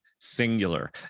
Singular